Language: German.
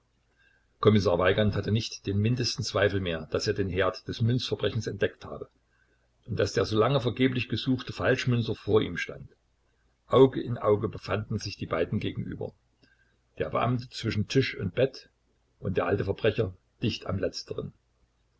kommissar weigand hatte nicht den mindesten zweifel mehr daß er den herd des münzverbrechens entdeckt habe und daß der so lange vergeblich gesuchte falschmünzer vor ihm stand auge in auge befanden sich die beiden gegenüber der beamte zwischen tisch und bett und der alte verbrecher dicht am letzteren